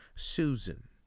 Susan